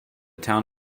town